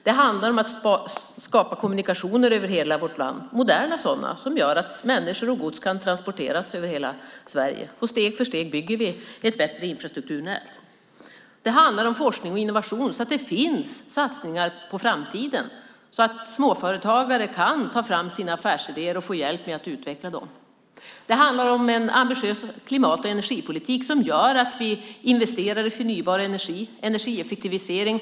Det handlar om att skapa kommunikationer över hela vårt land - moderna sådana, som gör att människor och gods kan transporteras över hela Sverige. Steg för steg bygger vi ett bättre infrastrukturnät. Det handlar om forskning och innovation, så att det finns satsningar på framtiden och så att småföretagare kan ta fram sina affärsidéer och få hjälp med att utveckla dem. Det handlar om en ambitiös klimat och energipolitik som gör att vi investerar i förnybar energi och energieffektivisering.